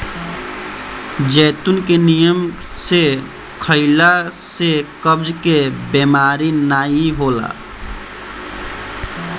जैतून के नियम से खइला से कब्ज के बेमारी नाइ होला